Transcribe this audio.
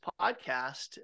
podcast